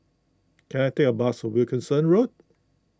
can I take a bus to Wilkinson Road